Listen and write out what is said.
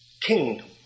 kingdom